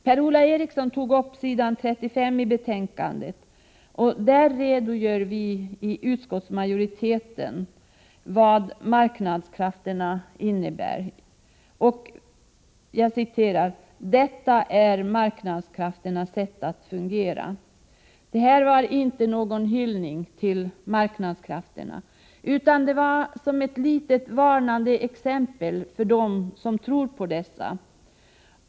Per-Ola Eriksson tog upp det som står att läsa på s. 35 i betänkandet, där vi i utskottsmajoriteten redogör för marknadsekonomins sätt att fungera. Det är inte någon hyllning till marknadskrafterna utan ett litet varnande exempel för dem som tror på dessa.